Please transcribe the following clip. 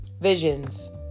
Visions